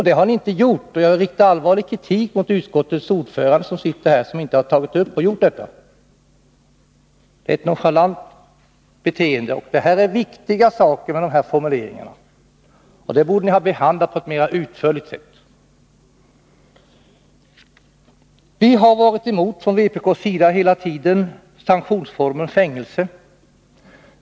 Det har ni inte gjort, och jag riktar allvarlig kritik mot utskottets ordförande, som befinner sig i kammaren, för sättet att behandla motionen — det är ett nonchalant beteende. De formuleringar som jag har talat om är viktiga saker, som borde ha behandlats mera utförligt. Vi har från vpk:s sida hela tiden varit emot sanktionsformen fängelse.